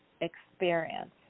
experience